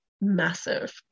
massive